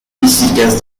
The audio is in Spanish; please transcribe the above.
físicas